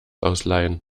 ausleihen